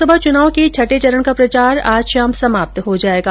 लोकसभा चुनाव के छठे चरण का प्रचार आज शाम समाप्त हो जाएगा